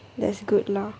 that's good lah